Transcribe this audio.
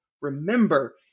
Remember